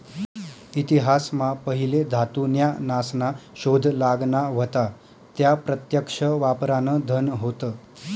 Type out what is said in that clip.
इतिहास मा पहिले धातू न्या नासना शोध लागना व्हता त्या प्रत्यक्ष वापरान धन होत